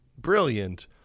Brilliant